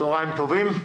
צהרים טובים.